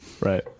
Right